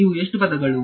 ಇವು ಎಷ್ಟು ಪದಗಳು